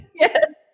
Yes